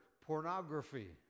pornography